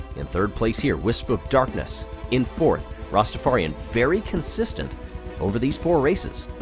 in third place here, wisp of darkness in fourth. rastafarian, very consistent over these four races.